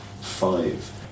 five